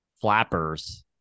flappers